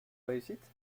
réussite